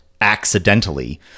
accidentally